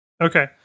Okay